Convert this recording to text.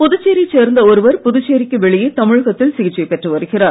புதுச்சேரியை சேர்ந்த ஒருவர் புதுச்சேரிக்கு வெளியே தமிழகத்தில் சிகிச்சை பெற்று வருகிறார்